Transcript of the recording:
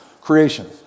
Creation